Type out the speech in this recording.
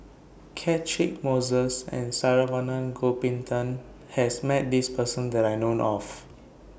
Catchick Moses and Saravanan Gopinathan has Met This Person that I know of